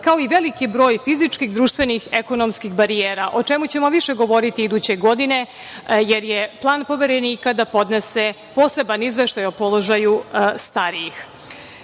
kao i veliki broj fizičkih, društvenih, ekonomskih barijera, o čemu ćemo više govoriti iduće godine, jer je plan Poverenika da podnese poseban izveštaj o položaju starijih. Kao